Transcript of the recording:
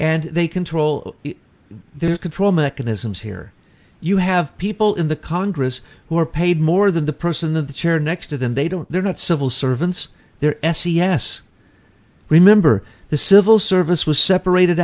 and they control their control mechanisms here you have people in the congress who are paid more than the person in the chair next to them they don't they're not civil servants they're s e s remember the civil service was separated